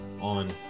on